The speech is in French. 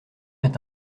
est